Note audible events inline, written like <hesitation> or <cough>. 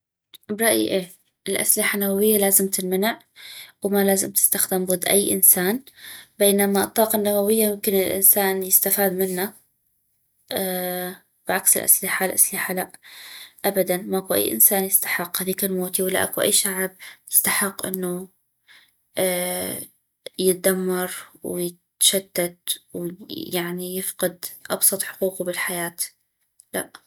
برايي اي الاسلحة النووية لازم تنمنع وما لازم تستخدم ضد اي انسان بينما الطاقة النووية ممكن الانسان يستفاد منا بعكس الاسلحة الاسلحة لا ابدا ماكو اي انسان يستحق هذيكا الموتي ولا اكو اي شعب يستحق انو <hesitation> يدمر ويتشتت ويعني يفقد ابسط حقوقو بالحياة لا